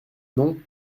non